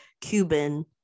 Cuban